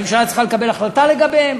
הממשלה צריכה לקבל החלטה לגביהן,